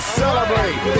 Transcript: celebrate